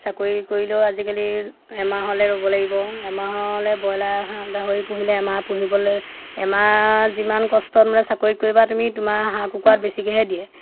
চাকৰি কৰিলেও আজিকালি এমাহলে ৰ'ব লাগিব এমাহলৈ ব্ৰইলাৰ গাহৰি পুহিলে এমাহ পুহিবলৈ এমাহ যিমান কষ্ট মানে তোমাৰ চাকৰিত কৰিবা তুমি তোমাৰ হাঁহ কুকুৰাত বেছিকেহৈ দিয়ে